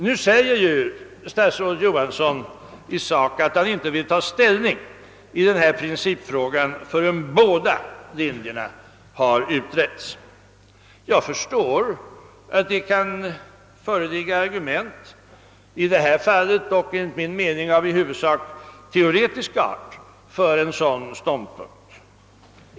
Nu säger statsrådet Johansson i sak, att han inte vill ta ställning i denna principfråga förrän båda linjerna har utretts. Jag förstår att det kan föreligga argument — i detta fall enligt min mening dock huvudsakligen av teoretisk art — för en sådan ståndpunkt.